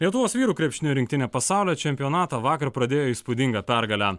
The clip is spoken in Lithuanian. lietuvos vyrų krepšinio rinktinė pasaulio čempionatą vakar pradėjo įspūdinga pergale